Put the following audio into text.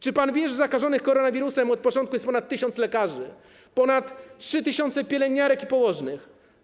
Czy pan wie, że zakażonych koronawirusem od początku jest ponad 1 tys. lekarzy, ponad 3 tys. pielęgniarek i położnych?